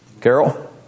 Carol